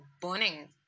burning